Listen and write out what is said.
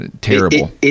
terrible